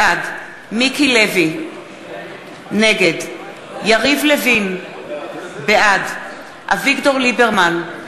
בעד מיקי לוי, נגד יריב לוין, בעד אביגדור ליברמן,